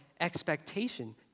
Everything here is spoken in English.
expectation